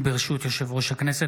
ברשות יושב-ראש הכנסת,